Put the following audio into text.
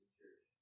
church